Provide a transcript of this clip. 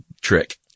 trick